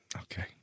Okay